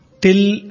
till